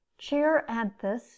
Chiranthus